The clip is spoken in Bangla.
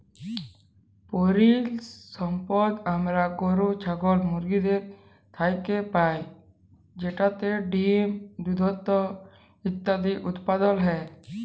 পেরালিসম্পদ আমরা গরু, ছাগল, মুরগিদের থ্যাইকে পাই যেটতে ডিম, দুহুদ ইত্যাদি উৎপাদল হ্যয়